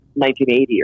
1980